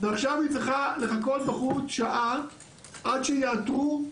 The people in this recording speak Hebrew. עכשיו היא צריכה לחכות בחוץ שעה עד שיאתרו,